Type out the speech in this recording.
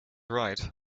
right